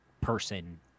person